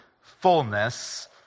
fullness